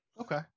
Okay